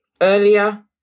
Earlier